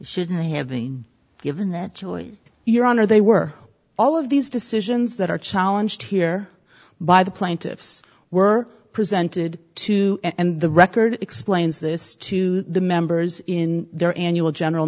shouldn't have been given that choice your honor they were all of these decisions that our challenge here by the plaintiffs were presented to and the record explains this to the members in their annual general